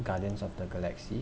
guardians of the galaxy